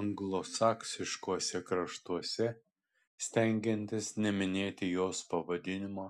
anglosaksiškuose kraštuose stengiantis neminėti jos pavadinimo